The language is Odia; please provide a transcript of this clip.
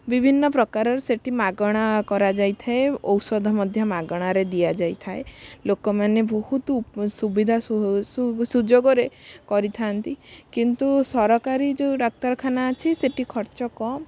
ବିଭିନ୍ନ ପ୍ରକାରର ସେଠି ମାଗଣା କରାଯାଇଥାଏ ଔଷଧ ମଧ୍ୟ ମାଗଣାରେ ଦିଆଯାଇଥାଏ ଲୋକମାନେ ବହୁତ ଉ ସୁବିଧା ସୁଯୋଗରେ କରିଥାନ୍ତି କିନ୍ତୁ ସରକାରୀ ଯେଉଁ ଡାକ୍ତରଖାନା ଅଛି ସେଠି ଖର୍ଚ୍ଚ କମ